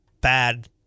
bad